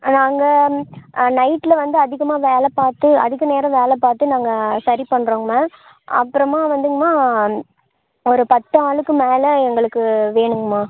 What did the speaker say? ஆ நாங்கள் நைட்டில் வந்து அதிகமாக வேலை பார்த்து அதிக நேரம் வேலை பார்த்து நாங்கள் சரி பண்ணுறோங் மேம் அப்புறமாக வந்துங்கமா ஒரு பத்து ஆளுக்கு மேலே எங்களுக்கு வேணுங்கமா